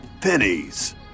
Pennies